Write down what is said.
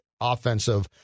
offensive